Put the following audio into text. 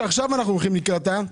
שאנחנו הולכים לקראתה עכשיו.